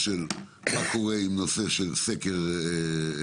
למשל, מה קורה עם הנושא של סקר נכסים.